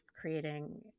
creating